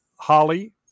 holly